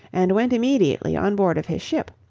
and went immediately on board of his ship,